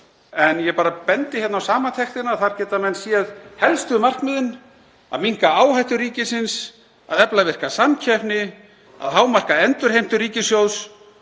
en ég bendi bara á samantektina. Þar geta menn séð helstu markmiðin: Að minnka áhættu ríkisins, að efla virka samkeppni, að hámarka endurheimtur ríkissjóðs,